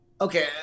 okay